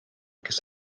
kes